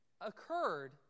occurred